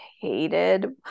hated